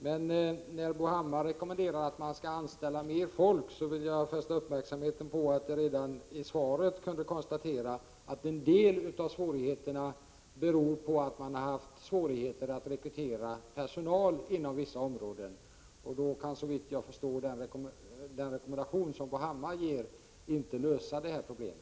Men när Bo Hammar rekommenderar att man skall anställa mer folk vill jag fästa uppmärksamheten på att jag redan i svaret konstaterade att en del av svårigheterna beror på att man haft svårigheter att rekrytera personal inom vissa områden. Då kan, såvitt jag förstår, den rekommendation som Bo Hammar ger inte lösa problemen.